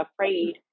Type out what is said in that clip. afraid